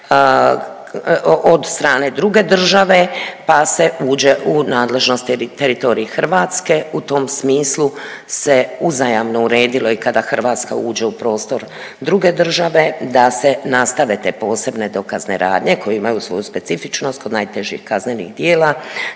od strane druge države pa se uđe u nadležnost teritorij Hrvatske. U tom smislu se uzajamno uredilo i kada Hrvatska uđe u prostor druge države da se nastave te posebne dokazne radnje koje imaju svoju specifičnost kod najtežih kaznenih djela,